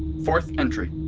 fourth entry.